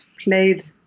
played